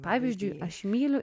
pavyzdžiui aš myliu